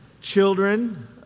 children